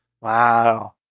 Wow